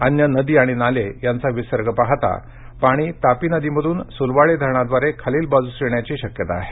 अन्य नदी आणि नाले यांचा विसर्ग पाहता पाणी तापी नदी मधून सुलवाडे धरणाव्दारे खालील बाजूस येण्याची शक्यता आहे